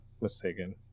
mistaken